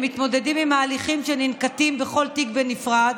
הם מתמודדים עם ההליכים שננקטים בכל תיק בנפרד